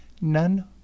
None